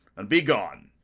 and be gone.